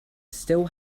still